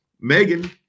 Megan